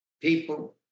people